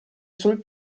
sul